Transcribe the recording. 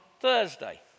Thursday